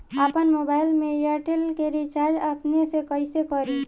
आपन मोबाइल में एयरटेल के रिचार्ज अपने से कइसे करि?